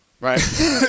Right